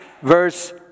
verse